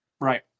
Right